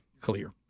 clear